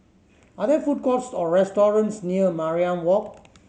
are there food courts or restaurants near Mariam Walk